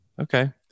Okay